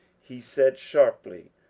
he said sharply,